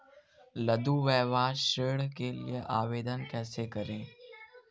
लघु व्यवसाय ऋण के लिए आवेदन कैसे करें?